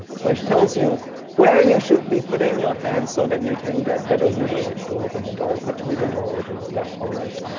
which tells you where you should be putting your hands so that you can get better leverage to open the door which way the door opens, left or right.